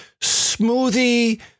smoothie